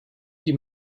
die